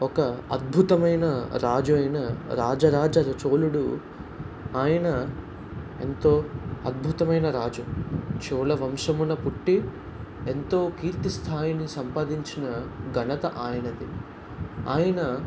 ఒక అద్భుతమైన రాజు అయిన రాజా రాజా చోళుడు ఆయన ఎంతో అద్భుతమైన రాజు చోళ వంశమున పుట్టి ఎంతో కీర్తి స్థాయిని సంపాదించిన ఘనత ఆయనది ఆయన